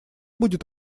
будет